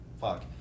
fuck